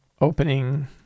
Opening